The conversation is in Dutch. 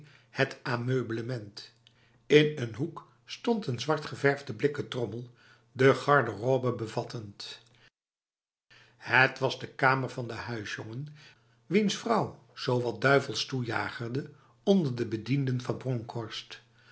het ameublement'l in een hoek stond een zwartgeverfde blikken trommel de garderobe bevattend het was de kamer van de huisjongen wiens vrouw zowat duivelstoejagerde onder de bedienden van bronkhorst